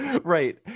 right